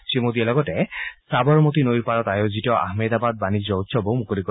শ্ৰীমোদীয়ে লগতে সাবৰমতি নৈৰ পাৰত আয়োজিত আহমেদাবাদ বাণিজ্য উৎসৱো মুকলি কৰিব